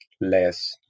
less